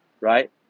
right